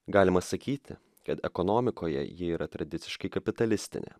galima sakyti kad ekonomikoje ji yra tradiciškai kapitalistinė